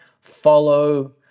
follow